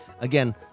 Again